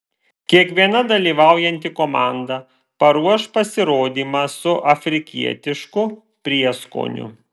kiekviena dalyvaujanti komanda paruoš pasirodymą su afrikietišku prieskoniu